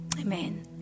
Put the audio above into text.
Amen